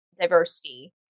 diversity